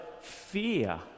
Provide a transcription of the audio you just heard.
fear